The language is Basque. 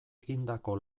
egindako